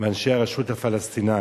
מאנשי הרשות הפלסטינית.